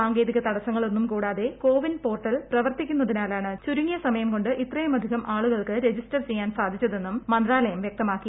സാങ്കേതിക തുട്ടസ്സങ്ങളൊന്നും കൂടാതെ കോവിന് പോർട്ടൽ പ്രവർത്തിക്കുന്നതിനുള്ളൂണ് ചുരുങ്ങിയ സമയം കൊണ്ട് ഇത്രയുമധികം ആളുക്ൾക്ക് രജിസ്റ്റർ ചെയ്യാൻ സാധിച്ചതെന്നും മന്ത്രാലയം വ്യക്തമ്യൂക്കി